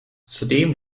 zudem